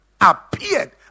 appeared